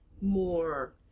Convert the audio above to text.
more